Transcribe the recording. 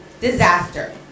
disaster